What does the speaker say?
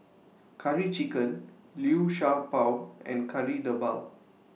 Curry Chicken Liu Sha Bao and Kari Debal